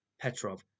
Petrov